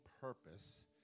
purpose